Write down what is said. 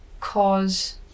cause